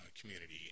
community